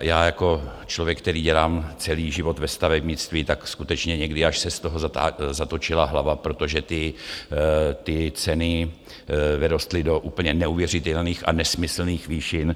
Já jako člověk, který dělám celý život ve stavebnictví, tak skutečně někdy až se z toho zatočila hlava, protože ty ceny vyrostly do úplně neuvěřitelných a nesmyslných výšin.